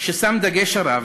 שם בו דגש, הרב,